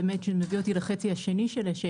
זה מביא אותי לשאלה השנייה,